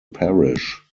parish